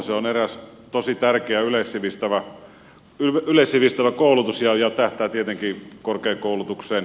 se on eräs tosi tärkeä yleissivistävä koulutus ja tähtää tietenkin korkeakoulutukseen